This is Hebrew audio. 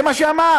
זה מה שהוא אמר.